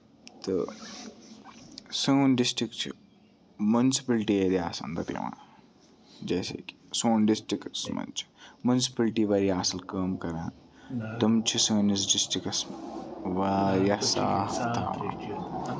تہٕ سون ڈِسٹرک چھُ مُنسپٔلٹی ایریاہَس اَندر یِوان جیسے کہِ سون ڈِسٹرکس منٛز چھِ مُنسپٔلٹی واریاہ اَصٕل کٲم کران تِم چھِ سٲنِس ڈِسٹرکَس واریاہ صاف تھاوان